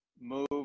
move